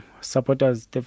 Supporters